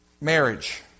marriage